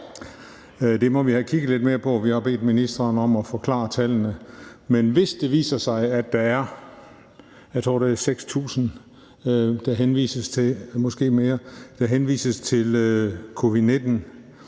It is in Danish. Det må vi have kigget lidt mere på; vi har bedt ministeren om at forklare tallene. Men hvis det viser sig, at der er, jeg tror,